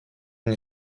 nie